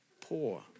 poor